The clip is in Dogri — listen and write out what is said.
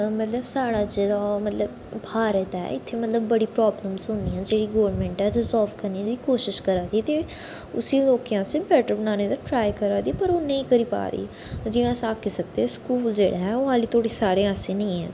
मतलब साढ़ा जेह्ड़ा मतलब भारत ऐ इत्थें मतलब बड़ियां प्राब्लम्स होदियां न जेह्ड़ियां गोरमैंट सालव करने दी कोशिश करा दी ते उसी लोकें आस्तै बैटर बनाने ताईं ट्राई करा दी पर ओह् नेईं करी पा दी ते जियां अस आक्खी सकदे स्कूल जेह्ड़ा ऐ ओह् अल्ली धोड़ी साढ़े आस्सै नेईं ऐ